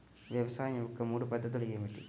వ్యవసాయం యొక్క మూడు పద్ధతులు ఏమిటి?